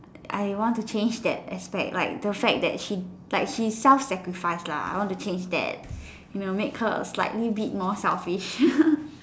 I want to change that aspect like the fact that she like she self sacrifice lah I want to change that you know make her a slightly bit more selfish